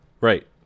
Right